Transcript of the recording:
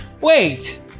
Wait